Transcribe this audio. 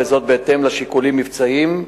וזאת בהתאם לשיקולים מבצעיים,